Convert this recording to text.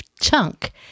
Chunk